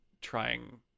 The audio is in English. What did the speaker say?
trying